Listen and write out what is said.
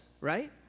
right